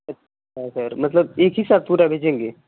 अच्छा सर मतलब एक ही साथ पूरा भेजेंगे